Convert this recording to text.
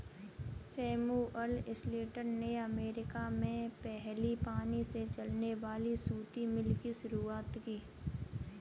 Samuel Slater ने America में पहली पानी से चलने वाली सूती मिल की शुरुआत की